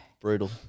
Brutal